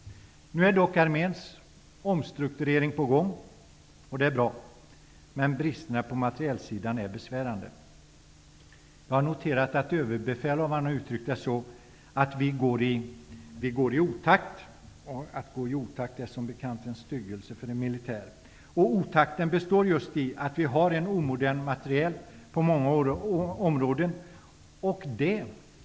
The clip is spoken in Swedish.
Arméns omstrukturering är dock nu på gång. Det är bra. Men bristerna på materielsidan är besvärande. Jag har noterat att överbefälhavaren har uttryckt det som att vi går i otakt -- det är som bekant en styggelse för en militär. Otakten består just i att vi har en omodern materiel på många områden.